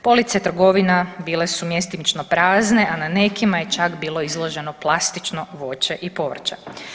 Police trgovina bile su mjestimično prazne, a na nekima je čak bilo izloženo plastično voće i povrće.